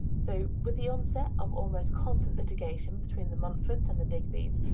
so with the onset of almost constant litigation between the montforts and the digbys,